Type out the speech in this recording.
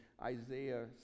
Isaiah